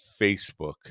Facebook